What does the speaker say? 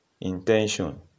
intention